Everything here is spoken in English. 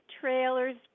trailers